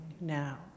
now